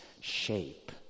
shape